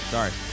Sorry